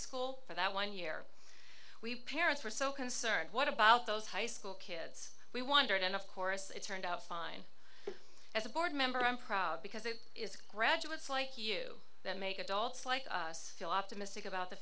school for that one year we parents were so concerned what about those high school kids we wondered and of course it turned out fine as a board member because it is graduates like you that make adults like us feel optimistic about the